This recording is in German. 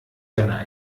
seiner